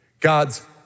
God's